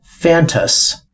Fantas